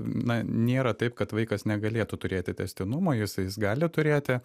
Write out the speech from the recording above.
na nėra taip kad vaikas negalėtų turėti tęstinumo jisai jis gali turėti